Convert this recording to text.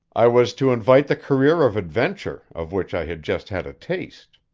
i was to invite the career of adventure of which i had just had a taste.